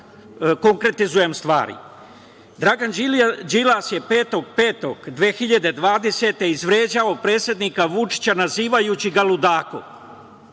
konkretizujem stvari. Dragan Đilas je 05.05.2020. godine izvređao predsednika Vučića, nazivajući ga ludakom